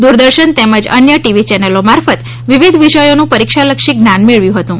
દુરદર્શન તેમજ અન્ય ટીવી ચેનલો મારફત વિવિધ વિષયોનું પરીક્ષાલક્ષી જ્ઞાન મેળવ્યું હતું